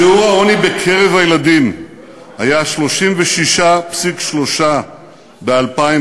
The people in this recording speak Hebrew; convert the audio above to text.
שיעור העוני בקרב הילדים היה 36.3% ב-2009,